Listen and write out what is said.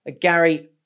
Gary